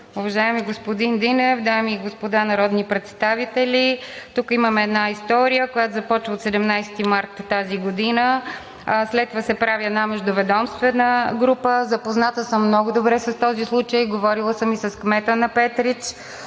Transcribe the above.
уважаеми господин Динев, дами и господа народни представители! Тук имаме една история, която започва от 17 март тази година, след това се прави една междуведомствена група. Запозната съм много добре с този случай. Говорила съм и с кмета на Петрич.